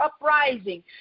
uprising